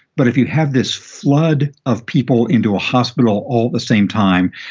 but if you have this flood of people into a hospital all the same time,